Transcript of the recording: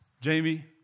Jamie